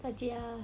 在家